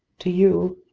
to you,